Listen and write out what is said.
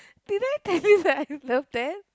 did I tell you that I love that